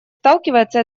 сталкивается